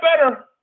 better